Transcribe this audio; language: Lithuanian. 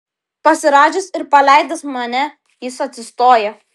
pasirąžęs ir paleidęs mane jis atsistoja